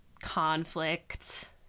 conflict